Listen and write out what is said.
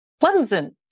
pleasant